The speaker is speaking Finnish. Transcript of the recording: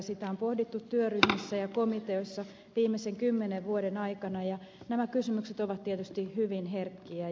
sitä on pohdittu työryhmissä ja komiteoissa viimeisen kymmenen vuoden aikana ja nämä kysymykset ovat tietysti hyvin herkkiä